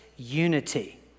unity